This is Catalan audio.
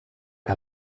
que